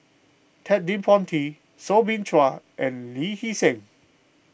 Ted De Ponti Soo Bin Chua and Lee Hee Seng